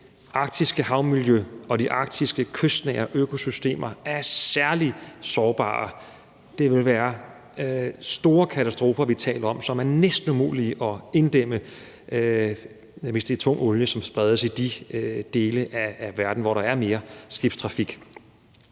arktiske havmiljø og de arktiske kystnære økosystemer er særlig sårbare. Det vil være store katastrofer, som er næsten umulige at inddæmme, hvis det er tung olie, der spredes i de dele af verden, hvor der er mere skibstrafik.